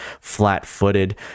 flat-footed